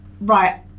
Right